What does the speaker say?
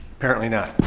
apparently not.